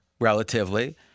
relatively